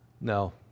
no